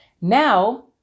now